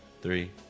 three